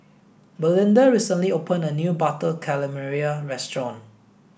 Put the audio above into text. belinda recently opened a new butter calamari restaurant